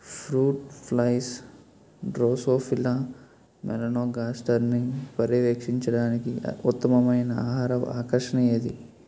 Fruit flies drosophila మెలనోగాస్టర్ని పర్యవేక్షించడానికి ఉత్తమమైన ఆహార ఆకర్షణ ఏది?